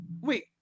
Wait